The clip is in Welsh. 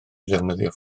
ddefnyddio